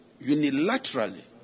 unilaterally